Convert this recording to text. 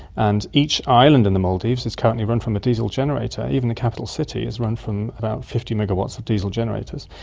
and each island in the maldives is currently run from a diesel generator, even the capital city is run from about fifty megawatts of diesel generators.